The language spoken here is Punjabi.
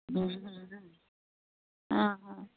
ਹੁੰ ਹੁੰ ਹੁੰ ਹੁੰ ਹੁੰ